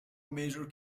major